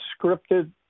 scripted